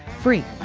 free.